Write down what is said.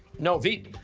no, veep.